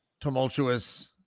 tumultuous